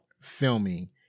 filming